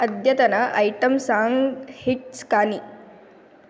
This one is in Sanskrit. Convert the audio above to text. अद्यतन ऐटम् साङ्ग् हिट्स् कानि